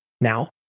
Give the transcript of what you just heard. Now